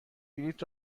بلیط